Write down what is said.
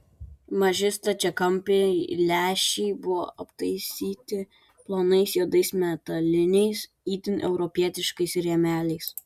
maži stačiakampiai lęšiai buvo aptaisyti plonais juodais metaliniais itin europietiškais rėmeliais